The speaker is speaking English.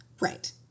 Right